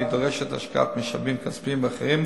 והיא דורשת השקעת משאבים כספיים ואחרים.